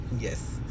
Yes